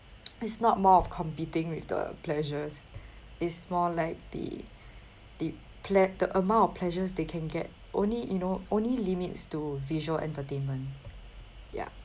it's not more of competing with the pleasures it's more like the the ple~ the amount of pleasures they can get only you know only limits to visual entertainment ya